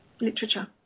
literature